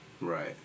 Right